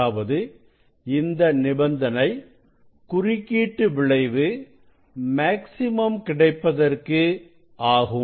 அதாவது இந்த நிபந்தனை குறுக்கீட்டு விளைவு மேக்ஸிமம் கிடைப்பதற்கு ஆகும்